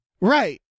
right